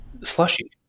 slushy